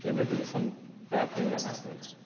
yeah maybe there's some bad thing that happens.